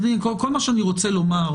כל מה שאני רוצה לומר